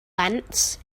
ants